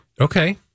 Okay